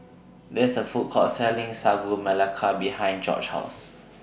There IS A Food Court Selling Sagu Melaka behind Jorge's House